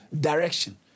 direction